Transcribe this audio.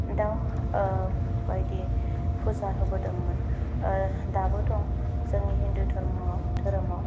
दाउ बायदि फुजा होबोदोंमोन दाबो दं जोंनि हिन्दु धर्मआव धोरोमाव